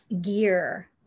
gear